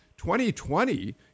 2020